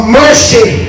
mercy